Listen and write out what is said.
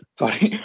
sorry